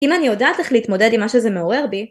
אם אני יודעת איך להתמודד עם מה שזה מעורר בי